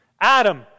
Adam